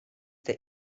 der